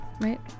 right